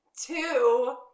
Two